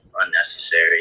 unnecessary